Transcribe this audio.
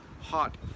hot